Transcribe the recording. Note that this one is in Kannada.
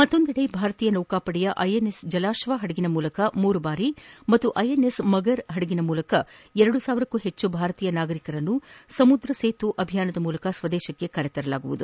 ಮತ್ತೊಂದೆಡೆ ಭಾರತೀಯ ನೌಕಾಪಡೆಯ ಐಎನ್ಎಸ್ ಜಲಾಕ್ಷ ಹಡಗಿನ ಮೂಲಕ ಮೂರು ಬಾರಿ ಹಾಗೂ ಐಎನ್ಎಸ್ ಮಗರ್ ಹಡಗಿನ ಮೂಲಕ ಎರಡು ಸಾವಿರಕ್ಕೂ ಹೆಚ್ಚು ಭಾರತೀಯ ನಾಗರಿಕರನ್ನು ಸಮುದ್ರ ಸೇತು ಅಭಿಯಾನದ ಮೂಲಕ ಸ್ವದೇಶಕ್ಕೆ ಕರೆತರಲಾಗುತ್ತಿದೆ